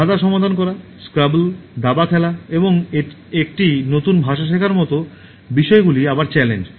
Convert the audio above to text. ধাঁধা সমাধান করা স্ক্রাবল দাবা খেলা এবং একটি নতুন ভাষা শেখার মতো বিষয়গুলি আবার চ্যালেঞ্জ